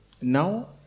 now